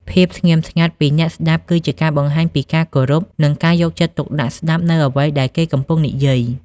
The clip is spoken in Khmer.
ភាពស្ងៀមស្ងាត់ពីអ្នកស្តាប់គឺជាការបង្ហាញពីការគោរព និងការយកចិត្តទុកដាក់ស្តាប់នូវអ្វីដែលគេកំពុងនិយាយ។